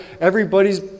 everybody's